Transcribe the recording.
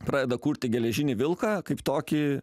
pradeda kurti geležinį vilką kaip tokį